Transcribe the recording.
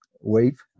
wave